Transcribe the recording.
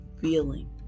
feeling